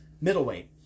middleweight